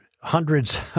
hundreds